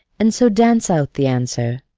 and so dance out the answer.